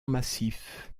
massif